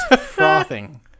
frothing